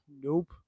nope